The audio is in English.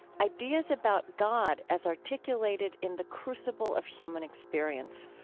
ideas about god as articulated in the crucible of human experience